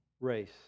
race